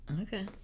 Okay